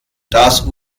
das